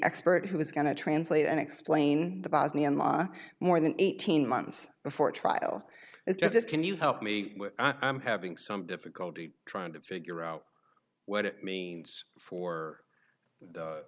expert who was going to translate and explain the bosnian law more than eighteen months before trial it's just can you help me i'm having some difficulty trying to figure out what it means for the